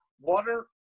water